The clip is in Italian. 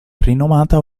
rinomata